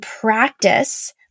practice